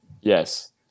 Yes